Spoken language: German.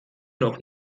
noch